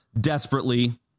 desperately